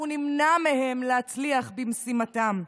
אנחנו נמנע מהם להצליח במשימתם.